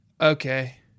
Okay